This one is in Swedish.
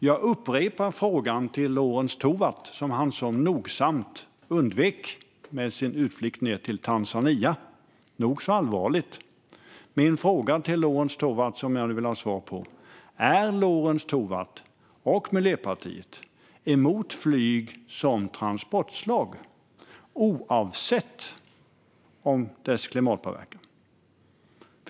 Jag upprepar den fråga till Lorentz Tovatt som han så nogsamt undvek med sin utflykt ned till Moçambique, vilket är nog så allvarligt. Min fråga som jag vill ha svar på lyder: Är Lorentz Tovatt och Miljöpartiet emot flyg som transportslag oavsett dess klimatpåverkan?